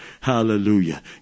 Hallelujah